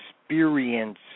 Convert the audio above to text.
experience